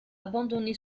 abandonné